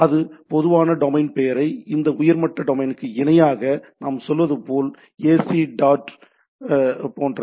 இது பொதுவான டொமைன் பெயரை இந்த உயர்மட்ட டொமைனுக்கு இணையாக நாம் சொல்வது போல் வலதுபுறம் ஏசி டாட் போன்றது